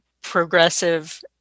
progressive